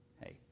hey